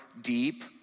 deep